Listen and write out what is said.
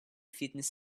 fitness